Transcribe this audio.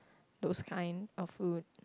those kind of food